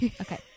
Okay